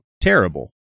terrible